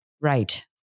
Right